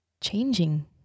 changing